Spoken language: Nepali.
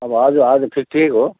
अब हजुर हजुर ठिक ठिकैको हो